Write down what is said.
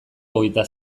hogeita